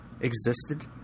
existed